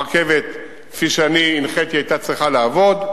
הרכבת, כפי שאני הנחיתי, היתה צריכה לעבוד.